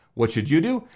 what should you do?